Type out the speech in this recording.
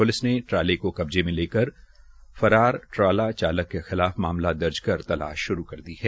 police ने ट्राले को कब्जे में लेकर फरार चालक के खिलाफ मामला दर्ज कर तलाश शुरू कर दी है